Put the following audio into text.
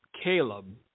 Caleb